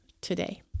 today